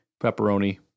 pepperoni